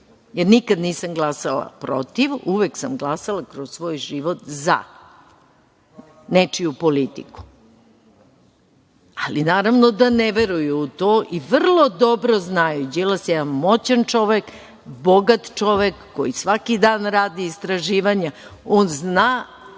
si. Nikad nisam glasala protiv, uvek sam glasala kroz svoj život za nečiju politiku. Ali, naravno da ne veruju u to i vrlo dobro znaju, Đilas je jedan moćan čovek, bogat čovek, koji svaki dan radi istraživanja. On zna